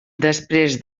després